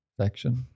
section